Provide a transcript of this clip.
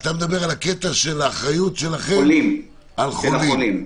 אתה מדבר על האחריות שלכם על חולים.